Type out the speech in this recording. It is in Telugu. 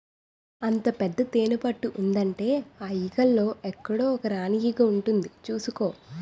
అంత పెద్ద తేనెపట్టు ఉందంటే ఆ ఈగల్లో ఎక్కడో ఒక రాణీ ఈగ ఉంటుంది చూసుకో